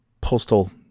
postal